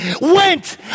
went